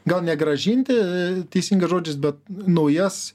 gal ne grąžinti teisingas žodžiais bet naujas